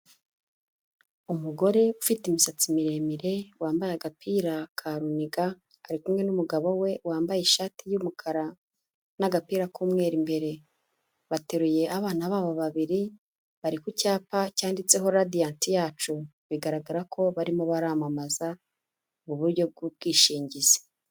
Umugore ufite imisatsi miremire wambaye agapira ka runiga ari kumwe n'umugabo we wambaye ishati y'umukara n'agapira k'umweru imbere. Bateruye abana babo babiri bari ku cyapa cyanditseho Radiyanti yacu, bigaragara ko barimo baramamaza uburyo bw'ubwishingizi.